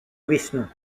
vishnu